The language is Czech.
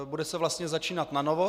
Bude se vlastně začínat nanovo.